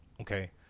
Okay